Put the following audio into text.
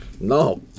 No